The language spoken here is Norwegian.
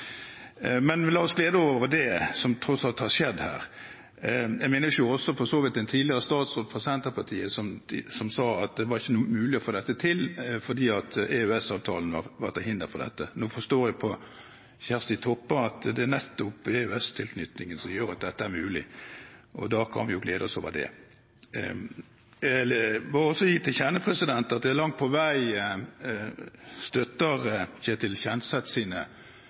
Men la oss glede oss over det som tross alt har skjedd her. Jeg minnes for så vidt også at en tidligere statsråd fra Senterpartiet sa at det var ikke mulig å få dette til, fordi EØS-avtalen var til hinder for dette. Nå forstår jeg på representanten Kjersti Toppe at det nettopp er EØS-tilknytningen som gjør at dette er mulig, og da kan vi jo glede oss over det. Jeg vil bare også gi til kjenne at jeg langt på vei støtter representanten Ketil